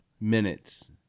minutes